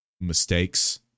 mistakes